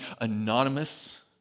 anonymous